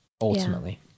ultimately